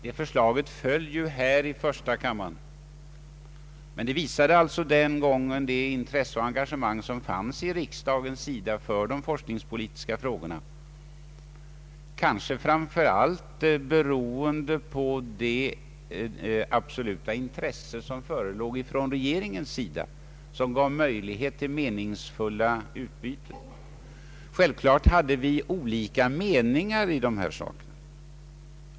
Detta förslag föll här i första kammaren, men debatten visade det intresse och det engagemang för de forskningspolitska frågorna som då fanns i riksdagen, kanske framför allt beroende på det påtagliga intresse som förelåg från regeringens sida och som gav möjlighet till meningsfulla tankeutbyten. Självklart hade vi olika meningar i dessa frågor.